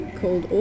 called